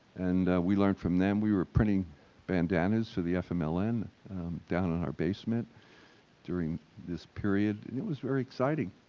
and we learned from them. we were printing bandanas for the fmln down in our basement during this period, and it was very exciting.